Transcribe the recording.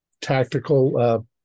tactical